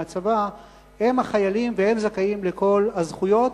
הם חיילים והם זכאים לכל הזכויות,